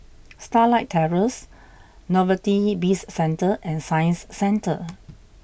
Starlight Terrace Novelty Bizcentre and Science Centre